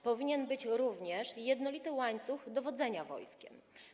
Powinien być również jednolity łańcuch dowodzenia wojskiem.